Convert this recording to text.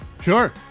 Sure